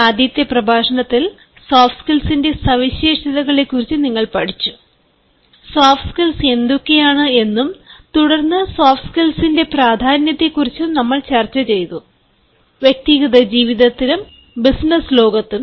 ആദ്യത്തെ പ്രഭാഷണത്തിൽ സോഫ്റ്റ് സ്കിൽസ്ന്റെ സവിശേഷതകളെക്കുറിച്ച് നിങ്ങൾ പഠിച്ചു സോഫ്റ്റ് സ്കിൽസ് എന്തൊക്കെയാണ് എന്നും തുടർന്ന് സോഫ്റ്റ്സ്കിൽസ്ന്റെ പ്രാധാന്യത്തെക്കുറിച്ചും നമ്മൾ ചർച്ച ചെയ്തു വ്യക്തിഗത ജീവിതത്തിലും ബിസിനസ്സ് ലോകത്തും